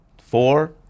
Four